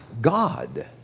God